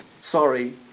Sorry